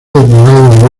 declarado